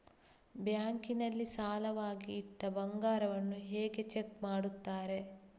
Bank ನಲ್ಲಿ ಸಾಲವಾಗಿ ಇಟ್ಟ ಬಂಗಾರವನ್ನು ಹೇಗೆ ಚೆಕ್ ಮಾಡುತ್ತಾರೆ?